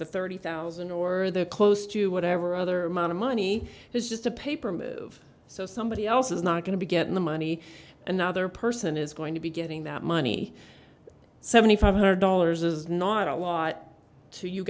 to thirty thousand or they're close to whatever other amount of money is just a paper move so somebody else is not going to get the money another person is going to be getting that money seventy five hundred dollars is not a lot to you